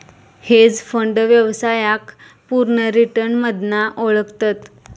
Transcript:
hedge fund व्यवसायाक पुर्ण return मधना ओळखतत